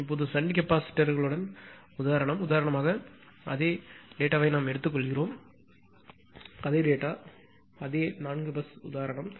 இப்போது ஷன்ட் கெபாசிட்டர்களுடன் உதாரணம் உதாரணமாக அதே தரவை நாம் எடுத்துக்கொள்கிறோம் என்று வைத்துக்கொள்வோம் அதே தரவு அதே 4 பஸ் உதாரணம்